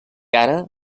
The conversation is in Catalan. ara